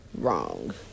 wrong